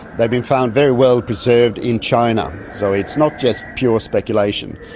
they've been found very well preserved in china, so it's not just pure speculation.